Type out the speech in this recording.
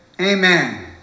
Amen